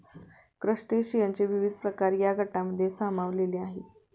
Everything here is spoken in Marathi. क्रस्टेशियनचे विविध प्रकार या गटांमध्ये सामावलेले आहेत